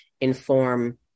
inform